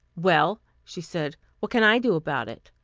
well, she said, what can i do about it?